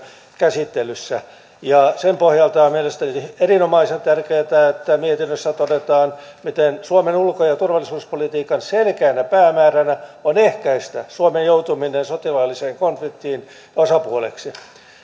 käsittelyssä sen pohjalta on mielestäni erinomaisen tärkeätä että mietinnössä todetaan miten suomen ulko ja turvallisuuspolitiikan selkeänä päämääränä on ehkäistä suomen joutuminen sotilaallisen konfliktin osapuoleksi